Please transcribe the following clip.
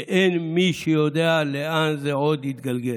אין מי שיודע לאן זה עוד יתגלגל.